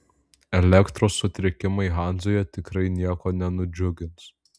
elektros sutrikimai hanzoje tikrai nieko nenudžiugins